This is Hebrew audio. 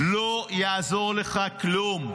לא יעזור לך כלום.